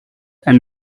and